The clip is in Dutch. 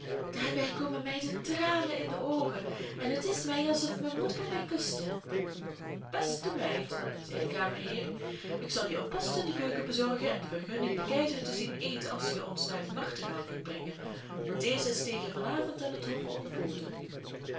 daarbij komen mij de tranen in de oogen en het is mij alsof mijn moeder mij kuste beste meid zei de kamerheer ik zal je een post in de keuken bezorgen en de vergunning den keizer te zien eten als je ons naar den nachtegaal kunt brengen want deze is tegen van avond aan het hof